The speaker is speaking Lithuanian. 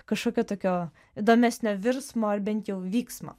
kažkokio tokio įdomesnio virsmo ar bent jau vyksmo